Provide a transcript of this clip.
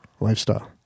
lifestyle